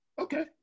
okay